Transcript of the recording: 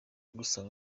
gusa